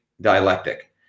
dialectic